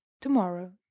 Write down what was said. to-morrow